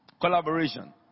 Collaboration